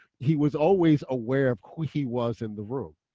he was always aware of who he was in the room.